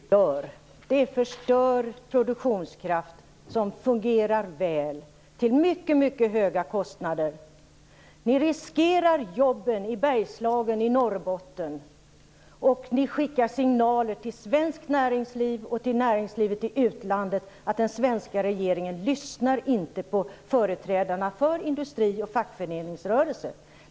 Fru talman! Vad ni nu gör är att ni förstör produktionskraft, som fungerar väl, till mycket höga kostnader. Ni riskerar jobben i Bergslagen och Norrbotten, och ni skickar signaler till svenskt näringsliv och till näringslivet i utlandet att den svenska regeringen inte lyssnar på företrädarna för industri och fackföreningsrörelse.